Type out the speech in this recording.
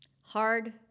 Hard